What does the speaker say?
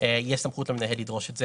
מנהל רשות בישראל יכול